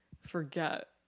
forget